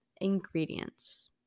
ingredients